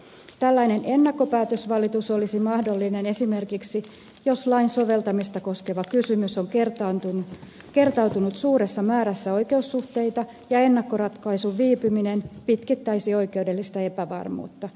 tällainen ennakkopäätösvalitus olisi mahdollinen esimerkiksi jos lain soveltamista koskeva kysymys on kertautunut suuressa määrässä oikeussuhteita ja ennakkoratkaisun viipyminen pitkittäisi oikeudellista epävarmuutta